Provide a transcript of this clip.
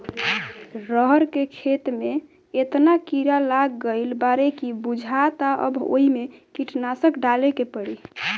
रहर के खेते में एतना कीड़ा लाग गईल बाडे की बुझाता अब ओइमे कीटनाशक डाले के पड़ी